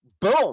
Boom